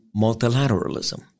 multilateralism